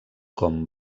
com